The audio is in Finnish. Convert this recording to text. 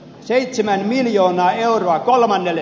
seitsemän miljoonaa euroa kolmannelle